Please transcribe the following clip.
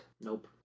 Nope